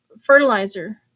fertilizer